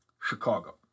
Chicago